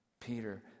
Peter